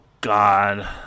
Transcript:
God